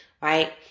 right